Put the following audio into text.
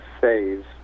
saves